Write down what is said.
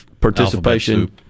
participation